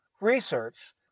research